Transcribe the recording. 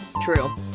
True